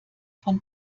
von